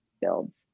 builds